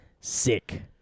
Sick